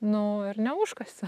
nu ir neužkasė